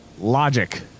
logic